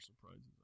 surprises